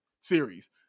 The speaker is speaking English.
series